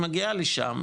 היא מגיעה לשם,